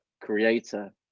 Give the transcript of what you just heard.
creator